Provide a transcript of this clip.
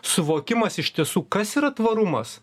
suvokimas iš tiesų kas yra tvarumas